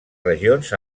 regions